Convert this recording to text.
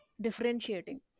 differentiating